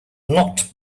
not